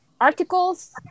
articles